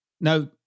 now